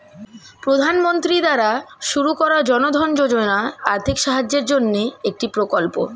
প্রধানমন্ত্রী দ্বারা শুরু করা জনধন যোজনা আর্থিক সাহায্যের জন্যে একটি প্রকল্প